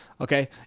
Okay